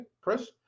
chris